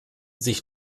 sich